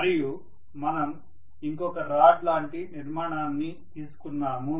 మరియు మనం ఇంకొక రాడ్ లాంటి నిర్మాణాన్ని తీసుకున్నాము